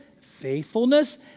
faithfulness